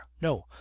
no